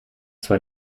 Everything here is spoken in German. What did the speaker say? zwar